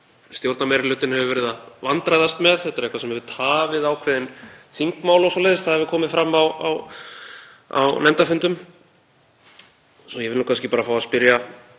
stjórnarmeirihlutinn hefur verið að vandræðast með, þetta hefur tafið ákveðin þingmál og svoleiðis, það hefur komið fram á nefndarfundum. Ég vil kannski bara fá að spyrja